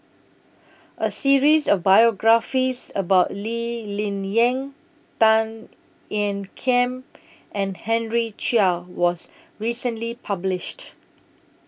A series of biographies about Lee Ling Yen Tan Ean Kiam and Henry Chia was recently published